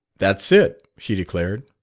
that's it, she declared,